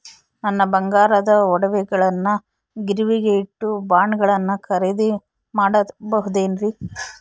ನನ್ನ ಬಂಗಾರದ ಒಡವೆಗಳನ್ನ ಗಿರಿವಿಗೆ ಇಟ್ಟು ಬಾಂಡುಗಳನ್ನ ಖರೇದಿ ಮಾಡಬಹುದೇನ್ರಿ?